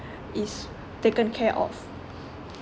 is taken care of